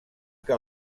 que